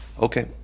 Okay